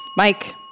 Mike